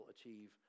achieve